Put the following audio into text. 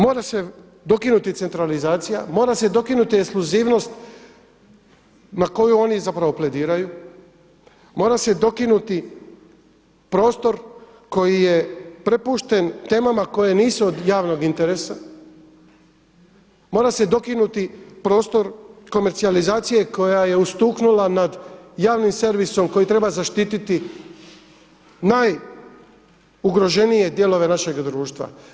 Mora se dokinut centralizacija, mora se dokinuti ekskluzivnost na koju oni plediraju, mora se dokinuti prostor koji je prepušten temama koje nisu od javnog interesa, mora se dokinuti prostor komercijalizacije koja je ustuknula nad javnim servisom koji treba zaštititi najugroženije dijelove našega društva.